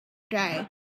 day